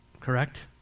correct